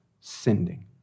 sending